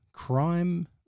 crime